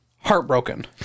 heartbroken